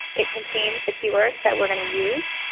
it contains the keywords that we're going to use.